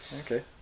Okay